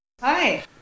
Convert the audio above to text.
Hi